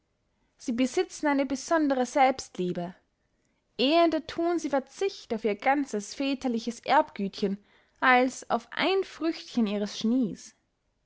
sie besitzen eine besondere selbstliebe ehender thun sie verzicht auf ihr ganzes väterliches erbgütchen als auf ein früchtchen ihres genies